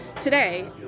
today